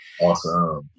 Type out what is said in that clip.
Awesome